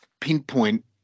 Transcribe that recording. pinpoint